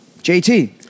JT